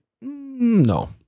no